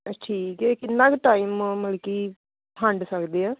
ਆ ਠੀਕ ਆ ਇਹ ਕਿੰਨਾ ਕੁ ਟਾਈਮ ਮਤਲਬ ਕਿ ਫੰਡ ਸਕਦੇ ਹਾਂ